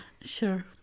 Sure